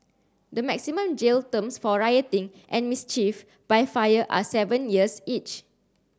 the maximum jail terms for rioting and mischief by fire are seven years each